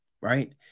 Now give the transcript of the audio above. right